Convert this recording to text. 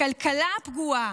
הכלכלה הפגועה,